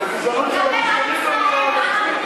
אל תדבר על העולם הערבי פה.